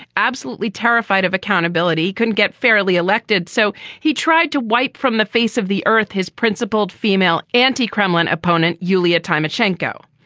absolutely terrified of accountability can get fairly elected. so he tried to wipe from the face of the earth his principled female anti-kremlin opponent, yulia tymoshenko,